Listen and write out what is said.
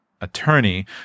attorney